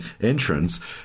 entrance